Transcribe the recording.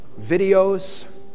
videos